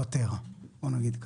לוותר, בוא נגיד ככה.